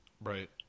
Right